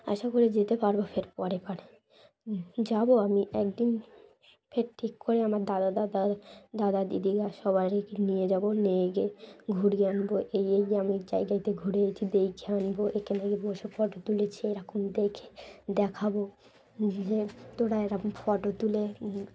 আশা করি যেতে পারবো ফের পরে পরে যাবো আমি একদিন ফের ঠিক করে আমার দাদা দাদা দাদা দিদিদের সবাইকে নিয়ে যাবো নিয়ে গিয়ে ঘুরিয়ে আনবো এই গিয়ে আমি জায়গাতে ঘুরে এসেছি দেখিয়ে আনবো এখানে গিয়ে এইসব ফটো তুলেছে এরকম দেখে দেখাবো যে তোরা এরকম ফটো তুলে